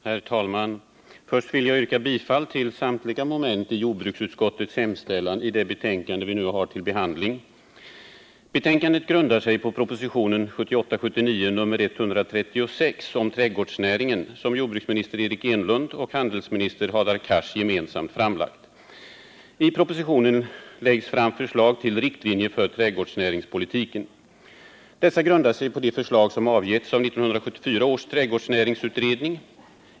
Herr talman! Först vill jag yrka bifall till samtliga moment i jordbruksutskottets hemställan i det betänkande vi nu har till behandling. Betänkandet grundar sig på propositionen 1978/79:136 om trädgårdsnäringen, som jordbruksminister Eric Enlund och handelsminister Hadar Cars gemensamt framlagt. I propositionen läggs fram förslag till riktlinjer för trädgårdsnäringspolitiken. Dessa grundar sig på de förslag som avgivits av 1974 års trädgårdsnäringsutredning.